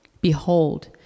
Behold